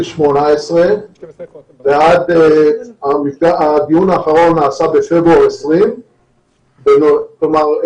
2018. הדיון האחרון נעשה בפברואר 2020. כלומר,